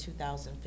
2015